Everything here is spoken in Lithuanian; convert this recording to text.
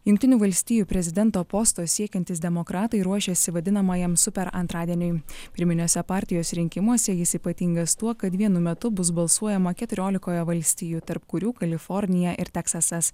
jungtinių valstijų prezidento posto siekiantys demokratai ruošiasi vadinamajam super antradieniui pirminiuose partijos rinkimuose jis ypatingas tuo kad vienu metu bus balsuojama keturiolikoje valstijų tarp kurių kalifornija ir teksasas